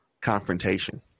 confrontation